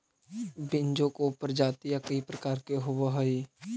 बीजों की प्रजातियां कई प्रकार के होवअ हई